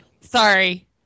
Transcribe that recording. Sorry